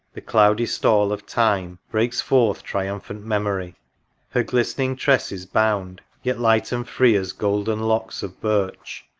the cloudy stall of time, breaks forth triumphant memory her glistening tresses bound, yet light and free as golden locks of birch,